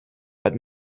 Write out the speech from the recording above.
but